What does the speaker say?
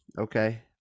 okay